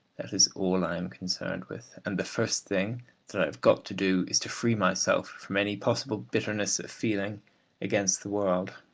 that is all i am concerned with. and the first thing that i have got to do is to free myself from any possible bitterness of feeling against the world.